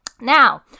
Now